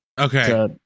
Okay